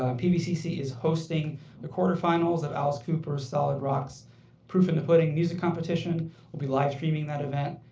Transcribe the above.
ah pvcc is hosting the quarter finals of alice cooper's solid rocks proof in the pudding music competition. we will be live streaming that event.